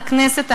לכנסת,